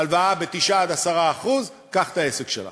הלוואה ב-9% 10% קח את העסק שלה.